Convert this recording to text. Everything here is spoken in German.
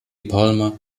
palmer